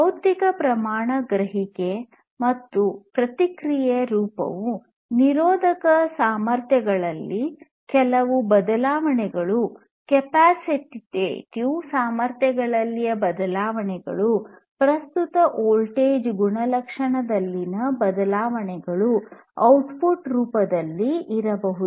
ಭೌತಿಕ ಪ್ರಮಾಣ ಗ್ರಹಿಕೆ ಮತ್ತು ಪ್ರತಿಕ್ರಿಯೆ ರೂಪವು ನಿರೋಧಕ ಸಾಮರ್ಥ್ಯಗಳಲ್ಲಿ ಕೆಲವು ಬದಲಾವಣೆಗಳು ಕೆಪ್ಯಾಸಿಟಿವ್ ಸಾಮರ್ಥ್ಯಗಳಲ್ಲಿನ ಬದಲಾವಣೆಗಳು ಪ್ರಸ್ತುತ ವೋಲ್ಟೇಜ್ ಗುಣಲಕ್ಷಣಗಳಲ್ಲಿನ ಬದಲಾವಣೆಗಳು ಔಟ್ಪುಟ್ ರೂಪದಲ್ಲಿ ಇರಬಹುದು